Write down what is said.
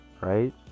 right